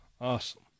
awesome